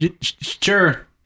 Sure